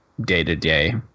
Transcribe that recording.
day-to-day